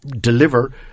deliver